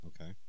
Okay